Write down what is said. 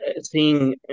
seeing